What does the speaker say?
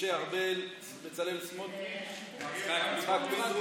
משה ארבל, בצלאל סמוטריץ', יצחק פינדרוס.